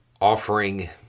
offering